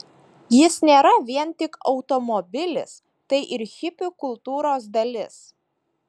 jis nėra vien tik automobilis tai ir hipių kultūros dalis